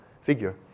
figure